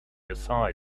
aside